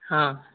ହଁ